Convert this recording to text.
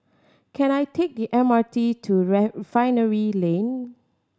can I take the M R T to Refinery Lane